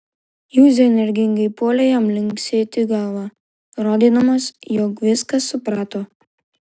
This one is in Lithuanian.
juzė energingai puolė jam linksėti galva rodydamas jog viską suprato